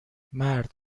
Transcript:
مرد